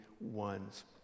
ones